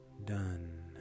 done